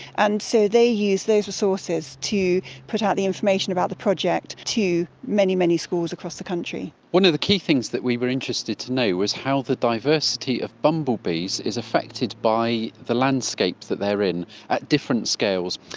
and so they use those resources to put out the information about the project to many, many schools across the country. one of the key things that we were interested to know was how the diversity of bumblebees is affected by the landscape that they are in at different scales.